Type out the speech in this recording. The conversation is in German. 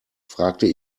fragte